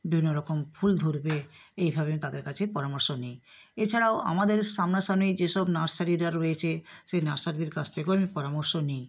বিভিন্ন রকম ফুল ধরবে এইভাবে আমি তাদের কাছে পরামর্শ নিই এছাড়াও আমাদের সামনা সামনি যে সব নার্সারিরা রয়েছে সেই নার্সারিদের কাছ থেকেও আমি পরামর্শ নিই